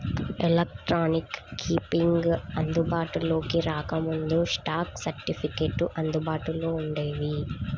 electronic keeping అందుబాటులోకి రాకముందు, stock సర్టిఫికెట్లు అందుబాటులో వుండేవి